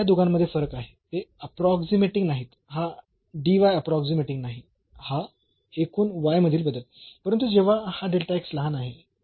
म्हणून त्या दोघांमध्ये फरक आहे ते अप्रोक्सीमेटिंग नाहीत हा अप्रोक्सीमेटिंग नाही हा एकूण मधील बदल परंतु जेव्हा हा लहान आहे